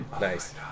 Nice